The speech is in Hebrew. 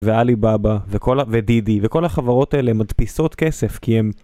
ו-Alibaba ,ו-DiDi, וכל החברות האלה מדפיסות כסף, כי הם...